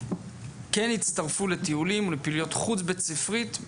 כן הצטרפו לטיולים או לפעילויות חוץ בית ספרית?